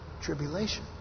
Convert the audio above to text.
tribulation